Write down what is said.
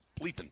bleeping